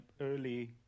early